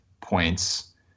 points